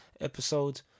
episode